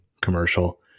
commercial